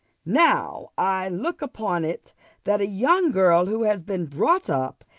now i look upon it that a young girl who has been brought up,